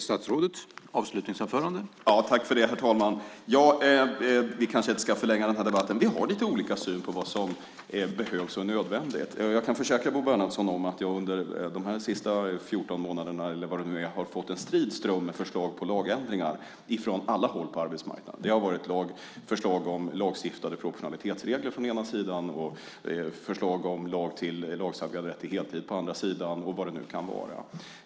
Herr talman! Vi kanske inte ska förlänga debatten. Vi har lite olika syn på vad som behövs och är nödvändigt. Jag kan försäkra Bo Bernhardsson om att jag under de senaste 14 månaderna har fått en strid ström av förslag på lagändringar från alla håll på arbetsmarknaden. Det har varit lagförslag om lagstiftade proportionalitetsregler å ena sidan och förslag om lagstadgad rätt till heltid å andra sidan, och vad det nu kan vara.